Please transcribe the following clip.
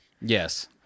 Yes